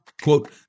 Quote